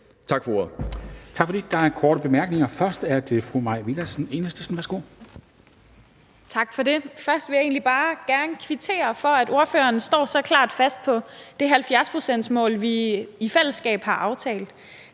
Tak for det. Der er korte bemærkninger. Først er det fru Mai Villadsen, Enhedslisten. Værsgo. Kl. 11:00 Mai Villadsen (EL): Tak for det. Først vil jeg egentlig bare kvittere for, at ordføreren står så klart fast på det 70-procentsmål, vi i fællesskab har aftalt.